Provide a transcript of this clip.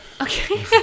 Okay